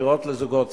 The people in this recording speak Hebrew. דירות לזוגות צעירים.